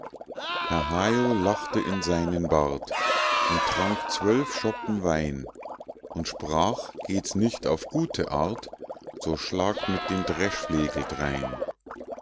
herr hayo lachte in seinen bart und trank zwölf schoppen wein und sprach geht's nicht auf gute art so schlagt mit dem dreschflegel drein